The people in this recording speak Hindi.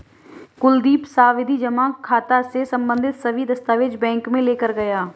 कुलदीप सावधि जमा खाता से संबंधित सभी दस्तावेज बैंक में लेकर गया